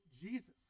jesus